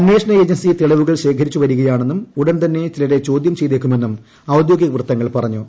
അന്വേഷണ ഏജൻസി തെളിവുകൾ ശേഖരിച്ചുവരികയാണെന്നും ഉടൻ തന്നെ ചിലരെ ചോദ്യം ചെയ്തേക്കുമെന്നും ഔദ്യോഗിക വൃത്തങ്ങൾ പറഞ്ഞു